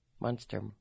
Monster